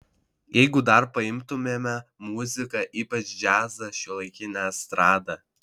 jeigu dar paimtumėme muziką ypač džiazą šiuolaikinę estradą